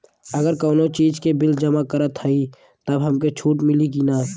अगर कउनो चीज़ के बिल जमा करत हई तब हमके छूट मिली कि ना?